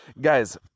Guys